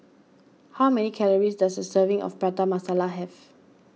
how many calories does a serving of Prata Masala have